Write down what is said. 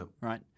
right